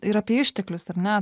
ir apie išteklius ar ne